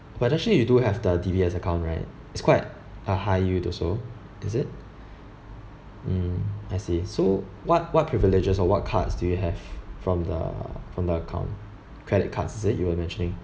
but actually you do have the D_B_S account right is quite a high yield also is it mm I see so what what privileges or what cards do you have from the from the account credit cards is it you were mentioning